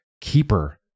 keeper